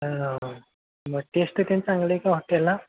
मग टेश्ट त्यान् चांगली आहे का हॉटेलला